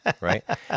right